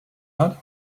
hat